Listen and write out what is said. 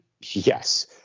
Yes